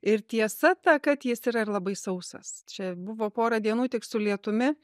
ir tiesa ta kad jis yra ir labai sausas čia buvo pora dienų tik su lietumi